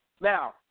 Now